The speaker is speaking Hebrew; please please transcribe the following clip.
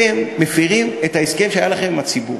בצו הזה,